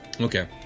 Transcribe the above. okay